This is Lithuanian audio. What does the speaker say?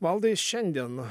valdai šiandien